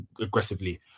aggressively